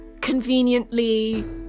conveniently